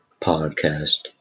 podcast